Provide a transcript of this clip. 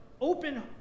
open